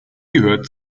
gehört